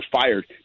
fired